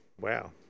Wow